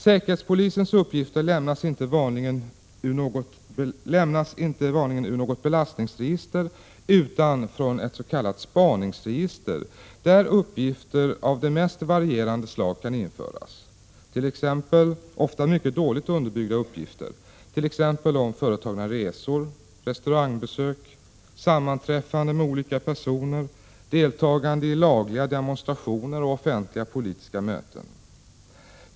Säkerhetspolisens uppgifter lämnas vanligen inte ur något belastningsregister utan från ett s.k. spaningsregister, där uppgifter av det mest varierande slag kan införas, ofta mycket dåligt underbyggda uppgifter, t.ex. om företagna resor, restaurangbesök, sammanträffande med olika personer, deltagande i lagliga demonstrationer och offentliga politiska möten.